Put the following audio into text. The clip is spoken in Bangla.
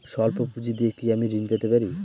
সল্প পুঁজি দিয়ে কি আমি ঋণ পেতে পারি?